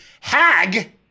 hag